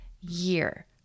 year